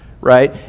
right